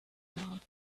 about